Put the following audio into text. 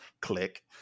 Click